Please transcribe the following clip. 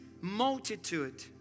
multitude